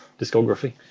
discography